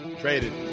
traded